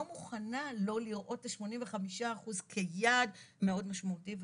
מוכנה לא לראות את 85% כיעד מאוד משמעותי.